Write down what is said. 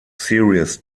series